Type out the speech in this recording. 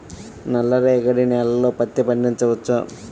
నల్ల రేగడి నేలలో పత్తి పండించవచ్చా?